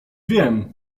wiem